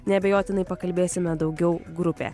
neabejotinai pakalbėsime daugiau grupė